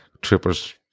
trippers